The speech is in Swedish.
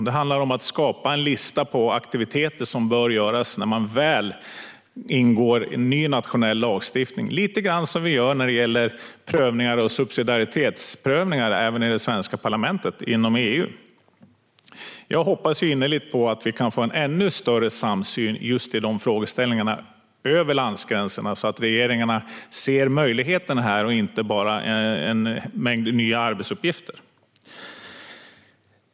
Det handlar om att skapa en lista på aktiviteter som bör göras när man väl ingår i ny nationell lagstiftning - lite grann som vi gör även i det svenska parlamentet när det gäller subsidiaritetsprövningar inom EU. Jag hoppas innerligt att vi kan få ännu större samsyn över landsgränserna i de här frågorna så att regeringarna ser möjligheterna och inte bara en mängd nya arbetsuppgifter.